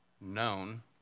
known